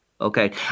okay